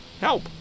help